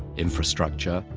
infrastructure,